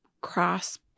cross